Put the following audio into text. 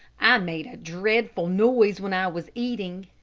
i made a dreadful noise when i was eating.